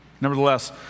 Nevertheless